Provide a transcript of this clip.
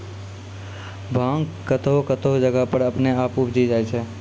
भांग कतौह कतौह जगह पर अपने आप उपजी जाय छै